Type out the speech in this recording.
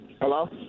Hello